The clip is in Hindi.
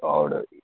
और